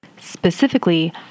Specifically